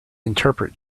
interpret